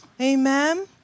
Amen